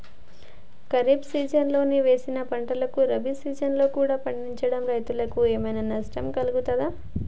ఖరీఫ్ సీజన్లో వేసిన పంటలు రబీ సీజన్లో కూడా పండించడం రైతులకు ఏమైనా నష్టం కలుగుతదా?